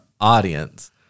audience